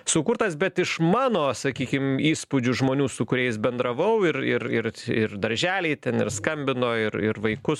sukurtas bet iš mano sakykim įspūdžių žmonių su kuriais bendravau ir ir ir ir darželiai ten ir skambino ir ir vaikus